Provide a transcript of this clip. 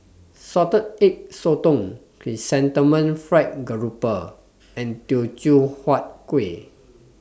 Salted Egg Sotong Chrysanthemum Fried Grouper and Teochew Huat Kuih